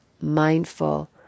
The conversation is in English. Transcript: mindful